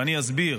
ואני אסביר.